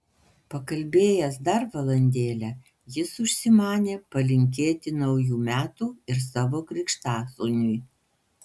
pakalbėjęs dar valandėlę jis užsimanė palinkėti naujų metų ir savo krikštasūniui